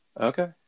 Okay